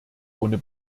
ohne